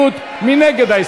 מי נגד?